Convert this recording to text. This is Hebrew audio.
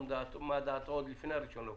ומה דעתו עוד לפני הראשון באוקטובר.